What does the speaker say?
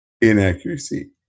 inaccuracy